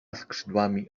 skrzydłami